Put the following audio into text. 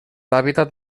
hàbitat